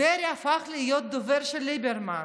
דרעי הפך להיות דובר של ליברמן,